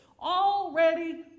already